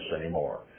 anymore